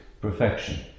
perfection